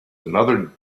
another